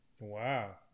Wow